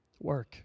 Work